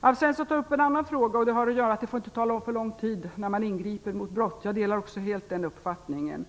Alf Svensson tar också upp att det inte får ta för lång tid innan man ingriper mot brott. Jag delar helt den uppfattningen.